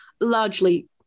largely